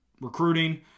recruiting